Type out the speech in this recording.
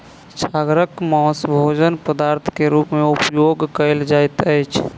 छागरक मौस भोजन पदार्थ के रूप में उपयोग कयल जाइत अछि